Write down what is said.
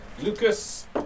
Lucas